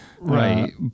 Right